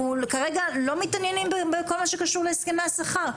אנחנו כרגע לא מתעניינים בכל מה שקשור להסכמי השכר.